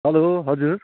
hello हजुर